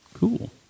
Cool